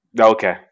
Okay